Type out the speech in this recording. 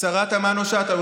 השרה תמנו שטה,